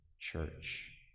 Church